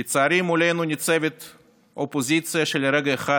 לצערי, מולנו ניצבת אופוזיציה שלרגע אחד